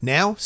Now